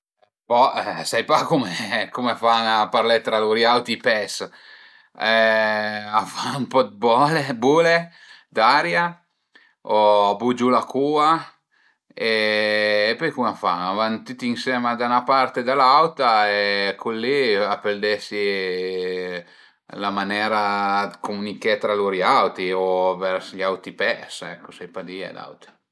Bo sai pa cum a fan a parlé tra lur auti i pes, a fan ën po dë bole, bule d'aria o a bugiu la cua e pöi cum a fan, a van tüti ënsema da 'na part e da l'auta e cul li a pöl esi la manera dë cumüniché tra lur auti o vers i auti pes, sai pa di aut